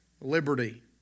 liberty